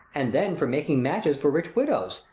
and then for making matches for rich widows,